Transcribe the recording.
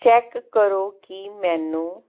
check ਕਰੋ ਕਿ ਮੈਨੂੰ